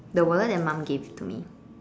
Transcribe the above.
the wallet that mom gave to me